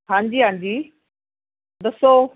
ਹਾਂਜੀ ਹਾਂਜੀ ਦੱਸੋ